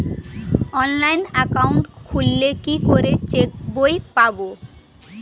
Online account খুললে কি করে চেক বই পাব?